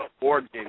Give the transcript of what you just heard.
origin